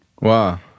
Wow